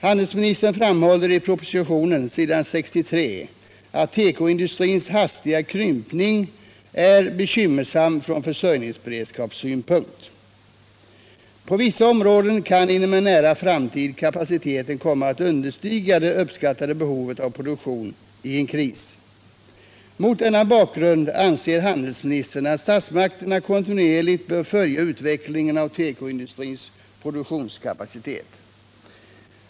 Handelsministern framhåller på s. 63 i propositionen att tekoindustrins hastiga krympning är bekymmersam från försörjningsberedskapssynpunkt. På vissa områden kan inom en nära framtid kapaciteten komma att understiga det uppskattade behovet av produktion i en kris. Mot denna bakgrund anser handelsministern att statsmakterna kontinuerligt bör följa utvecklingen av tekoindustrins produktionskapacitet.